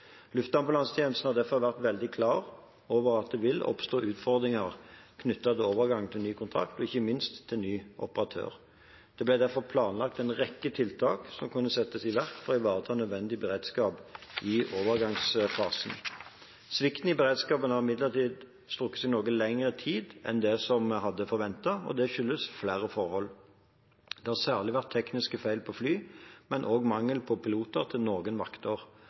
Luftambulansetjenesten har derfor vært veldig klar over at det vil oppstå utfordringer knyttet til overgang til ny kontrakt, og ikke minst til ny operatør. Det ble derfor planlagt en rekke tiltak som kunne settes i verk for å ivareta nødvendig beredskap i overgangsfasen. Svikten i beredskapen har imidlertid strukket seg noe lenger i tid enn det vi hadde forventet, og det skyldes flere forhold. Det har særlig vært tekniske feil på fly, men også mangel på piloter til noen vakter,